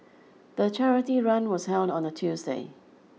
the charity run was held on a Tuesday